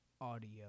audio